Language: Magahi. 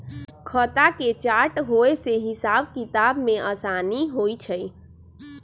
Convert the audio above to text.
खता के चार्ट होय से हिसाब किताब में असानी होइ छइ